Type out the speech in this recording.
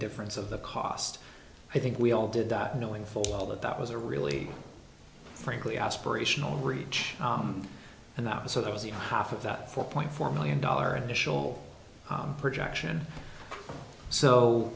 difference of the cost i think we all did that knowing full well that that was a really frankly aspirational reach and that was so that was even half of that four point four million dollar initial projection so